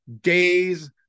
days